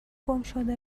گمشده